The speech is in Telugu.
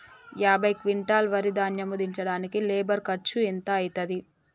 యాభై క్వింటాల్ వరి ధాన్యము దించడానికి లేబర్ ఖర్చు ఎంత అయితది?